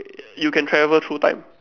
you can travel through time